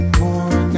more